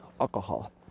alcohol